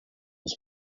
was